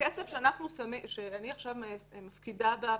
כסף שאני מפקידה עכשיו בפלטפורמה,